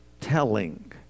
telling